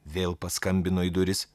vėl paskambino į duris